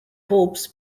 hopes